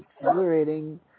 accelerating